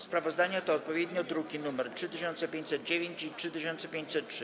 Sprawozdania to odpowiednio druki nr 3509 i 3503.